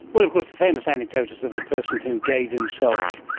well, of course the famous anecdote is of the person who gave himself,